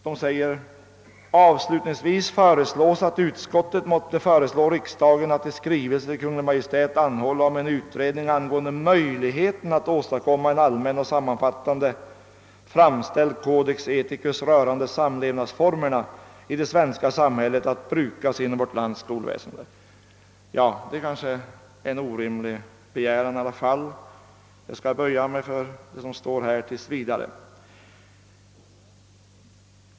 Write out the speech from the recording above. Man säger: »Avslutningsvis föreslås, att utskottet måtte föreslå riksdagen att i skrivelse till Kungl. Maj:t anhålla om en utredning angående möjligheten att åstadkomma en allmän och sammanfattande framställd codex ethicus rörande samlevnadsformerna i det svenska samhället att brukas inom vårt lands skolväsende.» Men det kanske trots allt är en orimlig begäran. Jag skall tills vidare böja mig för utskottsmajoritetens ståndpunkt.